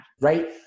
right